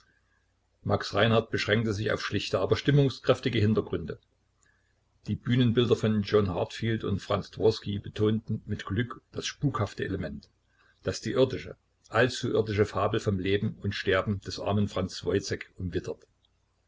max reinhardt beschränkte sich auf schlichte aber stimmungskräftige hintergründe die bühnenbilder von john heartfield und franz dworski betonten mit glück das spukhafte element das die irdische allzu irdische fabel vom leben und sterben des armen franz woyzek umwittert